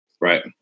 right